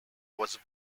was